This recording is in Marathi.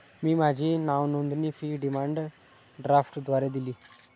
मी माझी नावनोंदणी फी डिमांड ड्राफ्टद्वारे दिली